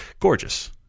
Gorgeous